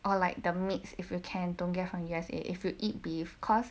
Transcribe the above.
or like the meat if you can don't get from U_S_A if you eat beef cause